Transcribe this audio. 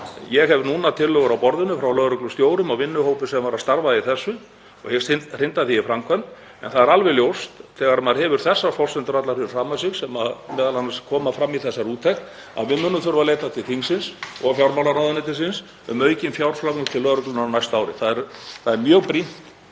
Ég hef núna tillögur á borðinu frá lögreglustjórum og vinnuhópi sem var að starfa í þessu og hyggst hrinda þeim í framkvæmd. En það er alveg ljóst, þegar maður hefur þessar forsendur allar fyrir framan sig, sem m.a. koma fram í þessari úttekt, að við munum þurfa að leita til þingsins og fjármálaráðuneytisins um aukin fjárframlög til lögreglunnar á næsta ári. Það er mjög brýnt